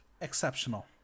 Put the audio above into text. exceptional